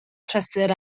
prysur